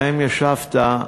שבהן ישבת,